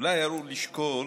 אולי ראוי לשקול